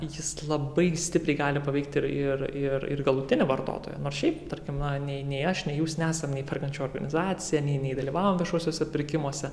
jis labai stipriai gali paveikti ir ir ir ir galutinį vartotoją nors šiaip tarkim na nei nei aš nei jūs nesame nei perkančioji organizacija nei nedalyvavom viešuosiuose pirkimuose